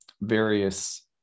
various